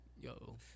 Yo